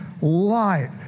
light